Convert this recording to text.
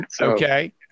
Okay